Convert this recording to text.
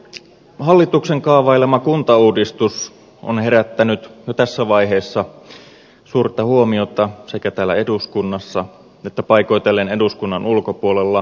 hallituksen kaavailema kuntauudistus on herättänyt jo tässä vaiheessa suurta huomiota sekä täällä eduskunnassa että paikoitellen eduskunnan ulkopuolella kuntalaisten keskuudessa